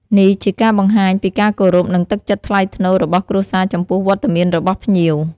នេះជាការបង្ហាញពីការគោរព និងទឹកចិត្តថ្លៃថ្នូររបស់គ្រួសារចំពោះវត្តមានរបស់ភ្ញៀវ។